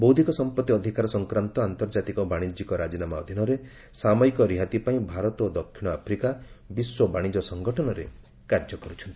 ବୌଦ୍ଧିକ ସମ୍ପତ୍ତି ଅଧିକାର ସଂକ୍ରାନ୍ତ ଆନ୍ତର୍ଜାତିକ ବାଶିଜ୍ୟିକ ରାଜିନାମା ଅଧୀନରେ ସାମୟିକ ରିହାତି ପାଇଁ ଭାରତ ଓ ଦକ୍ଷିଣ ଆଫ୍ରିକା ବିଶ୍ୱ ବାଶିଜ୍ୟ ସଂଗଠନରେ କାର୍ଯ୍ୟ କରୁଛନ୍ତି